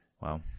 Wow